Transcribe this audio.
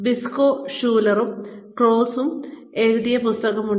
Briscoe ഷുലറും ക്ലോസും എഴുതിയ പുസ്തകമുണ്ട്